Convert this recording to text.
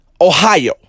Ohio